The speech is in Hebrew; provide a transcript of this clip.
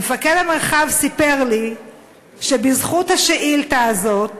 מפקד המרחב סיפר לי שבזכות השאילתה הזאת